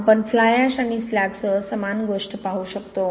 आपण fly ash आणि स्लॅगसह समान गोष्ट पाहू शकतो